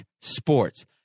sports